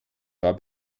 war